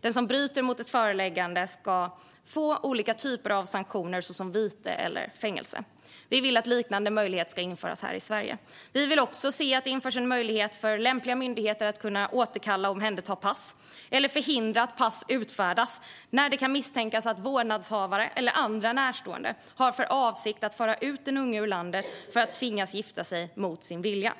Den som bryter mot ett föreläggande ska få olika typer av sanktioner, såsom vite eller fängelse. Vi vill att en liknande möjlighet ska införas här i Sverige. Vi vill att det införs en möjlighet för lämpliga myndigheter att återkalla och omhänderta pass eller förhindra att pass utfärdas när det kan misstänkas att vårdnadshavare eller andra närstående har för avsikt att föra ut en unge ur landet för att tvinga den att gifta sig mot sin vilja.